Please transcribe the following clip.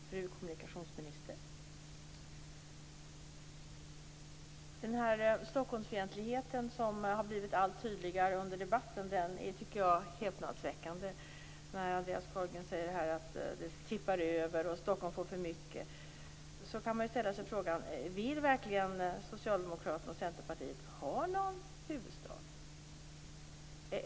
Fru talman! Fru kommunikationsminister! Den Stockholmsfientlighet som har blivit allt tydligare under debatten är häpnadsväckande. Andreas Carlgren sade att det tippar över och att Stockholm får för mycket. Då kan man ställa sig frågan: Vill socialdemokraterna och Centerpartiet verkligen ha någon huvudstad?